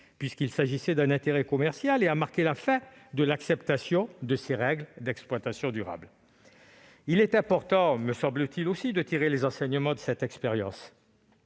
puisqu'il s'agissait d'un intérêt commercial, et marqué la fin de l'acceptation de ces règles d'exploitation durable. Il me semble important de tirer les enseignements de cette expérience.